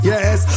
Yes